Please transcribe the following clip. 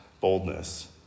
boldness